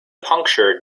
puncture